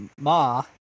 Ma